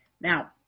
Now